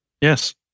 Yes